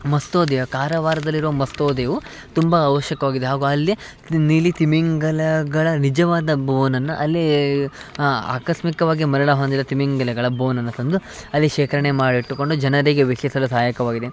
ಮಸ್ತೋದ್ಯ ಕಾರವಾರದಲ್ಲಿರುವ ಮಸ್ತೋದ್ಯವು ತುಂಬ ಅವಶ್ಯಕವಾಗಿದೆ ಹಾಗು ಅಲ್ಲಿ ಇದು ನೀಲಿ ತಿಮಿಂಗಲಗಳ ನಿಜವಾದ ಬೋನನ್ನು ಅಲ್ಲೇ ಆಕಸ್ಮಿಕವಾಗಿ ಮರಣ ಹೊಂದಿದ ತಿಮಿಂಗಿಲಗಳ ಬೋನನ್ನು ತಂದು ಅಲ್ಲಿ ಶೇಖರಣೆ ಮಾಡಿಟ್ಟುಕೊಂಡು ಜನರಿಗೆ ವೀಕ್ಷಿಸಲು ಸಹಾಯಕವಾಗಿದೆ